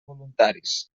voluntaris